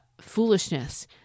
foolishness